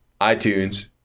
iTunes